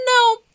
no